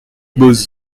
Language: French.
boz